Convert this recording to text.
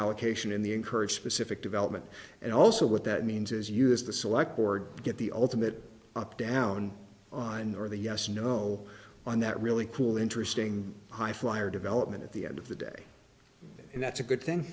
allocation in the encourage specific development and also what that means is use the select board to get the ultimate up down on or the yes no on that really cool interesting high flyer development at the end of the day and that's a good thing